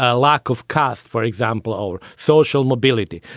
ah lack of costs, for example, or social mobility.